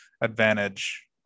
advantage